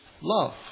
love